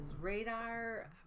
Radar